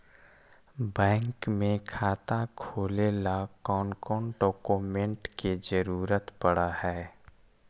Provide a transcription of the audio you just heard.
Bank में खाता खोले ल कौन कौन डाउकमेंट के जरूरत पड़ है?